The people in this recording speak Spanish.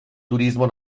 turismo